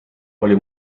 oli